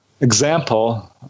example